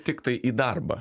tiktai į darbą